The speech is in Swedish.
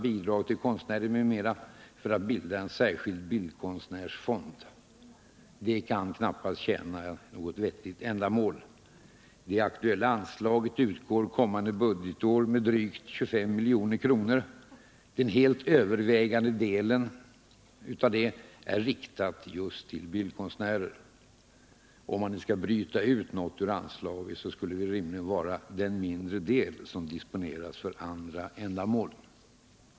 Bidrag till konstnärer m.m. för att bilda en särskild bildkonstnärsfond. Det kan knappast tjäna något vettigt ändamål. Det aktuella anslaget utgår kommande budgetår med drygt 25 milj.kr. Den helt övervägande delen av det är riktad just till bildkonstnärer. Om man nu skall bryta ut något ur anslaget så skulle det väl rimligen vara den mindre del som disponeras för andra ändamål.